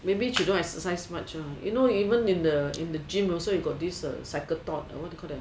maybe she don't exercise much ah you know even in the gym got this cycle thought ah what do you call that